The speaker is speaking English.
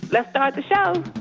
let's start the show